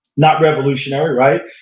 not revolutionary right?